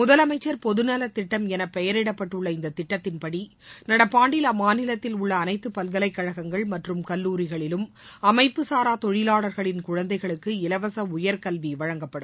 முதலமைச்சர் பொது நல திட்டம் என பெயரிடப்பட்டுள்ள இந்த திட்டத்தின்படி நடப்பு ஆண்டில் அம்மாநிலத்தில் உள்ள அனைத்து பல்கலைக்கழகங்கள் மற்றும் கல்லூரிகளிலும் அமைப்புச் சாரா தொழிலாளர்களின் குழந்தைகளுக்கு இலவச உயர்கல்வி வழங்கப்படும்